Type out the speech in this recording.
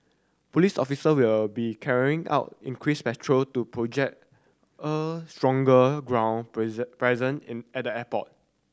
police officer will be carrying out increased patrol to project a stronger ground presence in at the airport